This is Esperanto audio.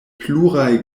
pluraj